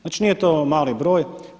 Znači, nije to mali broj.